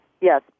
Yes